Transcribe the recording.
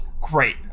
Great